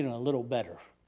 a little better.